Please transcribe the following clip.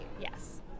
yes